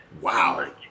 Wow